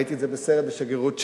ראיתי את זה בסרט בשגרירות צ'כיה,